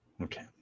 Okay